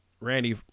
Randy